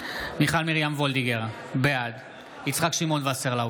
מיכל מרים וולדיגר, בעד יצחק שמעון וסרלאוף,